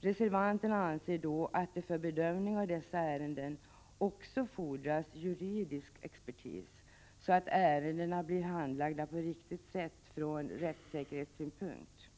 Reservanterna anser att det för bedömning av dessa ärenden också fordras juridisk expertis, så att ärendena blir handlagda på ett riktigt sätt ur rättssäkerhetssynpunkt.